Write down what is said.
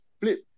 flip